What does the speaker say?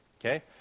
Okay